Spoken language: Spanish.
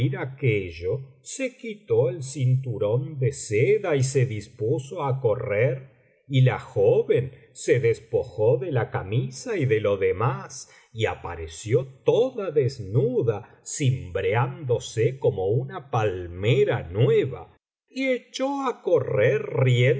aquello se quitó el cinturón de seda y se dispuso á correr y la joven se despojó de la camisa y de lo demás y apareció toda desnuda cimbreándose como una palmera nueva y echó á correr